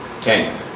ten